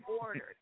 ordered